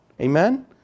Amen